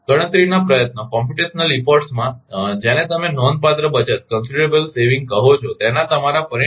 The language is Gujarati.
ગણતરીના પ્રયત્નોમાં જેને તમે નોંધપાત્ર બચત કહો છો તેના તમારા પરિણામે